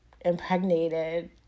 impregnated